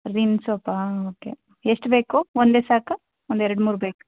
ರಿನ್ ಸೋಪಾ ಓಕೆ ಎಷ್ಟು ಬೇಕು ಒಂದೇ ಸಾಕಾ ಒಂದೆರಡ್ಮೂರು ಬೇಕಾ